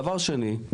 דבר שני,